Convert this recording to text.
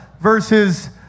versus